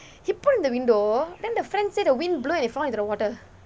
he put in the window then the friend say the wind blow and it fall in the water